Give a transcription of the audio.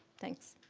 thanks.